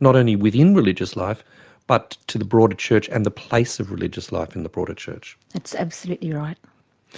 not only within religious life but to the broader church and the place of religious life in the broader church. that's absolutely right